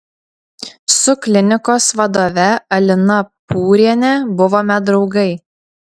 su klinikos vadove alina pūriene buvome draugai